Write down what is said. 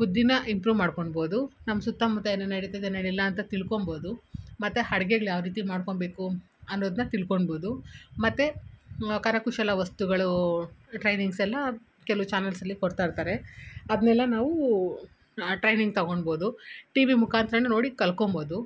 ಬುದ್ದಿನ improve ಮಾಡ್ಕೊಳ್ಬೋದು ನಮ್ಮ ಸುತ್ತಮುತ್ತ ಏನೇನು ನಡೀತಿದೆ ನಡೆಯಲ್ಲಾ ಅಂತ ತಿಳ್ಕೊಂಬೋದು ಮತ್ತು ಅಡ್ಗೆಗಳ್ ಯಾವ ರೀತಿ ಮಾಡಿಕೊಂಬೇಕು ಅನ್ನೋದನ್ನ ತಿಳ್ಕೊಳ್ಬೋದು ಮತ್ತು ಕರಕುಶಲ ವಸ್ತುಗಳೂ ಟ್ರೈನಿಂಗ್ಸ್ ಎಲ್ಲ ಕೆಲವು ಚಾನಲ್ಸಲ್ಲಿ ಕೊಡ್ತಾಯಿರ್ತಾರೆ ಅದನ್ನೆಲ್ಲ ನಾವೂ ಟ್ರೈನಿಂಗ್ ತಗೊಳ್ಬೋದು ಟಿ ವಿ ಮುಖಾಂತ್ರ ನೋಡಿ ಕಲ್ಕೊಂಬೋದು